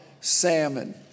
salmon